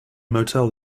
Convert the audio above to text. motel